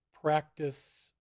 practice